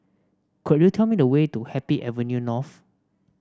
could you tell me the way to Happy Avenue North